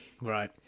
Right